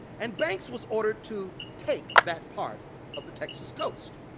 and banks was ordered to take that part of the texas coast.